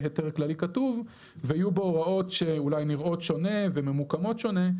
היתר כללי כתוב ויהיו בו הוראות שאולי נראות שונות וממוקמות שונה,